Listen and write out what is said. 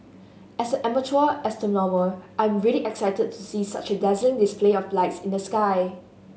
as an amateur astronomer I am really excited to see such a dazzling display of lights in the sky